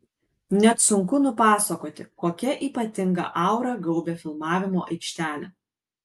net sunku nupasakoti kokia ypatinga aura gaubia filmavimo aikštelę